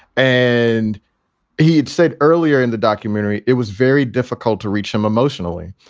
and he'd said earlier in the documentary it was very difficult to reach him emotionally.